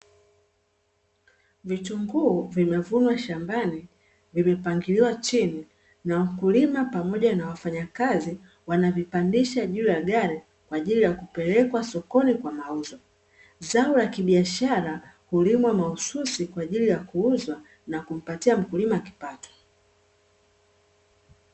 Vitunguu vimevunwa shambani vimepangiliwa chini na wakulima pamoja na wafanyakazi wanavipandisha juu ya gari kwa ajili ya kupelekwa sokoni kwa mauzo, zao la kibiashara hulimwa mahususi kwa ajili ya kuuzwa na kumpatia mkulima kipato.